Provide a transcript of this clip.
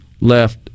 left